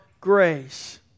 grace